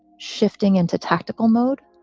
shifting into tactical mode.